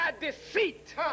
deceit